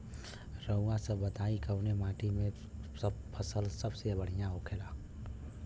रउआ सभ बताई कवने माटी में फसले सबसे बढ़ियां होखेला?